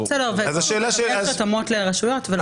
בסדר, יש התאמות לרשויות.